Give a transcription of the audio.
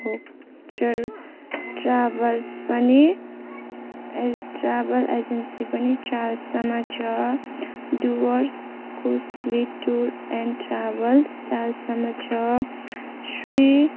भोकचर travels पनि a travel agency पनि चालसामा छ डुवर्स कोसली टुर एन्ड ट्राभल्स चालसामा छ श्री